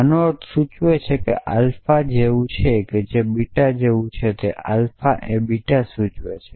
આનો અર્થ સૂચવે છે કે આલ્ફા જેવું છે બીટા જેવું છે તે આલ્ફા એ બીટા સૂચવે છે